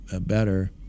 better